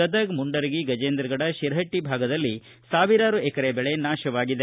ಗದಗ ಮುಂಡರಗಿ ಗಜೇಂದ್ರಗಡ ಶಿರಪಟ್ಟಿ ಭಾಗದಲ್ಲಿ ಸಾವಿರಾರು ಎಕರೆ ಬೆಳೆ ನಾಶವಾಗಿದೆ